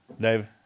Dave